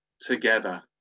together